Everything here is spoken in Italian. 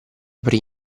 aprì